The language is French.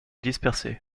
dispersé